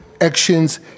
actions